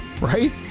right